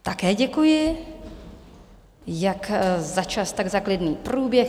Také děkuji jak za čas, tak za klidný průběh.